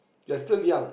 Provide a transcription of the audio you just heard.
you're still young